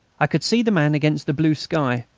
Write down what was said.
i could see the man against the blue sky,